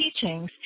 teachings